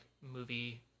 movie